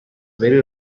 very